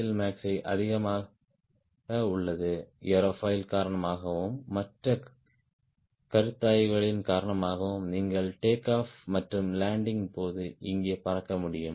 எல்மேக்ஸ் அதிகமாக உள்ளது ஏரோஃபாயில் காரணமாகவும் மற்ற கருத்தாய்வுகளின் காரணமாகவும் நீங்கள் டேக்ஆப் மற்றும் லேண்டிங் போது இங்கே பறக்க முடியும்